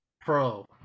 Pro